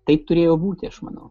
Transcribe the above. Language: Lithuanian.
taip turėjo būti aš manau